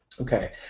Okay